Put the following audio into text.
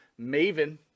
Maven